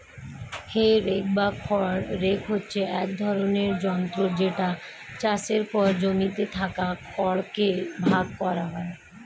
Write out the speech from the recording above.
হে rake বা খড় rake হচ্ছে এক ধরণের যন্ত্র যেটা চাষের পর জমিতে থাকা খড় কে ভাগ করা হয়